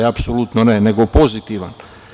Apsolutno ne, nego pozitivan.